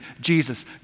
Jesus